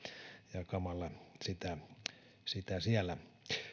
jakamalla sitä sitä siellä